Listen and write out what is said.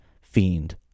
fiend